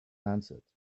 answered